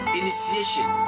initiation